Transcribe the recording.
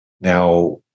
Now